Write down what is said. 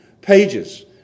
pages